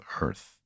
Earth